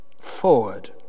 forward